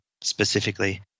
specifically